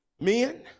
Men